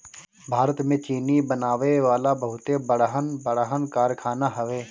भारत में चीनी बनावे वाला बहुते बड़हन बड़हन कारखाना हवे